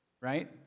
right